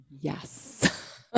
Yes